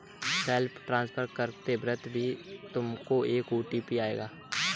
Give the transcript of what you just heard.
self transfer करते वक्त भी तुमको एक ओ.टी.पी आएगा